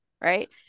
right